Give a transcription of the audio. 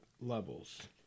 levels